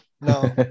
no